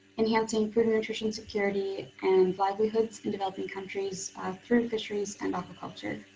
enhancing food nutrition security and livelihoods in developing countries through fisheries and aquaculture.